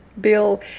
Bill